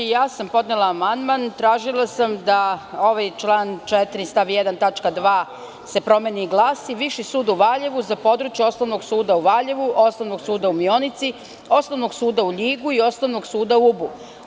Podnela sam amandman kojim sam tražila da se ovaj član 4. stav 1. tačka 2. promeni i glasi – Viši sud u Valjevu, za područje Osnovnog suda u Valjevu, Osnovnog suda u Mionici, Osnovnog suda u Ljigu i Osnovnog suda u Ubu.